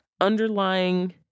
underlying